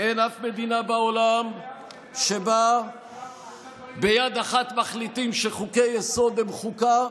אין אף מדינה בעולם שבה ביד אחת מחליטים שחוקי-יסוד הם חוקה,